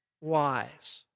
wise